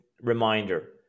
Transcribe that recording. reminder